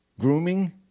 grooming